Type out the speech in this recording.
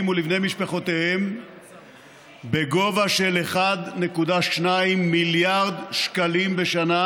ולבני משפחותיהם בגובה של 1.2 מיליארד שקלים בשנה,